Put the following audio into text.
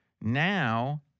Now